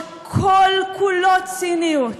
שכל-כולו ציניות,